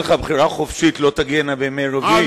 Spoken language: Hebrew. לך בחירה חופשית לא תגיע הנה בימי רביעי?